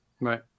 Right